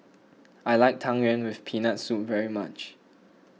I like Tang Yuen with Peanut Soup very much